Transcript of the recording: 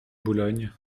boulogne